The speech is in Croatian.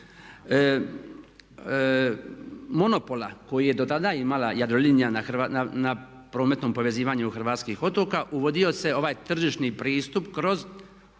monopola koji je dotada imala Jadrolinija na prometnom povezivanju hrvatskih otoka uvodio se ovaj tržišni pristup kroz